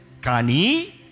Kani